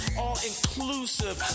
all-inclusive